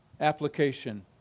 application